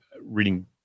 reading